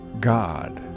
God